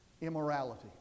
immorality